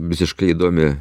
visiškai įdomi